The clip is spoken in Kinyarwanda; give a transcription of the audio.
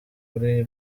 kuri